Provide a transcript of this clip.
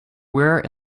were